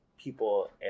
people